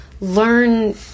Learn